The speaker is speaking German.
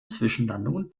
zwischenlandungen